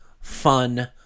Fun